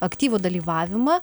aktyvų dalyvavimą